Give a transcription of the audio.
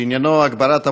4000, 4021